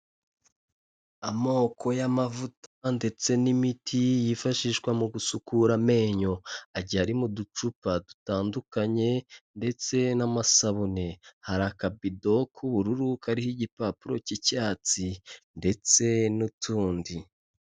Amoko y'amavuta ndetse n'imiti yifashishwa mu gusukura amenyo, agiye ari mu uducupa dutandukanye ndetse n'amasabune, hari akabido k'ubururu kariho igipapuro cy'icyatsi ndetse n'utundi.